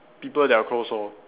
people that are close lor